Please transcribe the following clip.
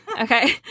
Okay